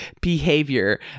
behavior